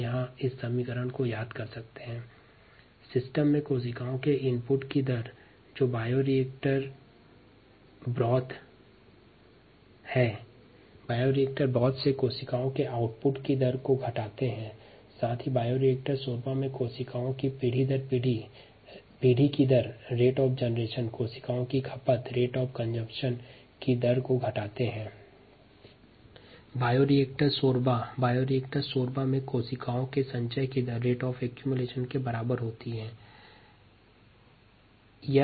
नीचे संतुलन समीकरण प्रस्तुत हैं ri rorg rcddt तंत्र में कोशिका के रेट ऑफ़ इनपुट जो बायोरिएक्टर ब्रोथ है बायोरिएक्टर ब्रोथ से कोशिका के रेट ऑफ़ आउटपुट को घटाते है साथ ही बायोरिएक्टर ब्रोथ में कोशिका की रेट ऑफ़ जनरेशन कोशिका की रेट ऑफ़ कंसम्पशन को घटाते है और यह बायोरिएक्टर ब्रोथ में कोशिका के रेट ऑफ़ एक्युमुलेसन के बराबर होता है